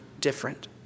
different